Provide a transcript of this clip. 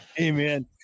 Amen